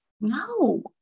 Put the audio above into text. no